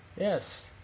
Yes